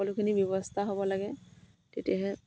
সকলোখিনি ব্যৱস্থা হ'ব লাগে তেতিয়াহে